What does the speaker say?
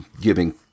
giving